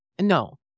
No